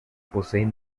poseen